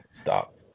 Stop